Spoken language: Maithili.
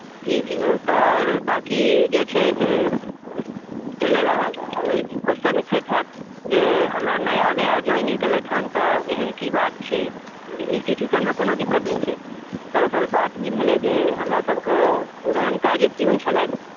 जी जी ओ तऽ आओर बाँकी जे छै से ओहिलेल अहाँकेँ क्वेश्चन उठैत हैत जे हमरा नया नया जोइनिंग केलथि हन तऽ एहन की बात छै इन्स्टीच्यूशनमे कोनो दिक्कत नहि छै दरअसल बात ई भेलै जे हमरासभके पुरनका जे पियून छलथि